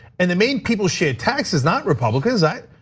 and the main people share taxes, not republicans, right?